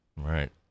Right